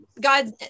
God